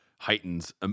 heightens